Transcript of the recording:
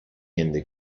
hände